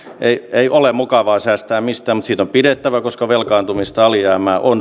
ei ole mukavaa säästää mistään mutta siitä on pidettävä kiinni koska velkaantumista ja alijäämää on